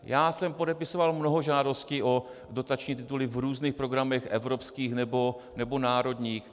Já jsem podepisoval mnoho žádostí o dotační tituly v různých programech evropských nebo národních.